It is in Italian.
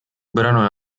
brano